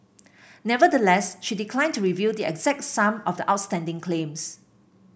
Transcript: nevertheless she declined to reveal the exact sum of the outstanding claims